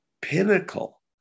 Pinnacle